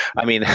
i mean,